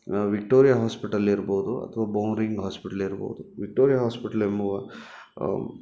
Victoria hospital ಇರ್ಬೋದು ಅಥವಾ Bowring hospital ಇರ್ಬೋದು ವಿಕ್ಟೋರಿಯಾ ಹಾಸ್ಪಿಟಲ್ ಎಂಬುವ